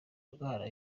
indwara